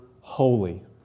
holy